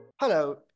Hello